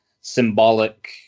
symbolic